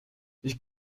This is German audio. ich